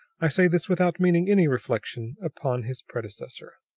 i say this without meaning any reflection upon his predecessor.